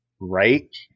right